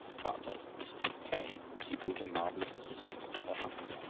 but as mrs. mackay she proved a marvelous assistance to her husband.